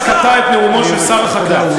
כיוון שקטע את נאומו של שר החקלאות,